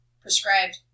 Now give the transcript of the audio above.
prescribed